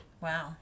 Wow